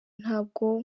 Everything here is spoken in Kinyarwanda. ntabwo